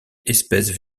espèces